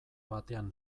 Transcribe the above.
batean